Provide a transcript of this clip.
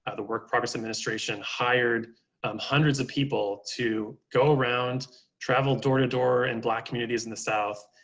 ah the work progress administration hired um hundreds of people to go around traveled door to door in black communities in the south,